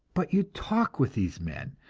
but you talk with these men,